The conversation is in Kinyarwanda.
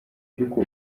ariko